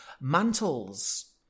Mantles